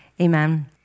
Amen